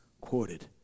quoted